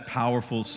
powerful